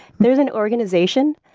there's an organization.